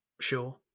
Sure